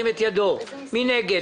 מי נגד?